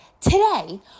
today